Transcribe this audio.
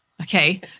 Okay